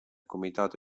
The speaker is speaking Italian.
comitato